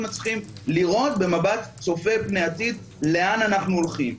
צריכים לראות במבט צופה פני עתיד לאן אנחנו הולכים.